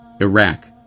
Iraq